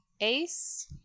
Ace